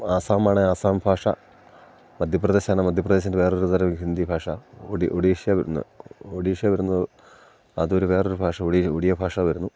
ആസാമാണെ ആസാം ഭാഷ മധ്യപ്രദേശാണ് മധ്യപ്രദേശൻ്റെ വേറൊരു തരം ഹിന്ദി ഭാഷ ഒഡീഷ വരുന്ന ഒഡീഷ വരുന്നത് അതൊരു വേറൊരു ഭാഷ ഒടിയ ഭാഷ വരുന്നു